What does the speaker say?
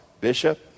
bishop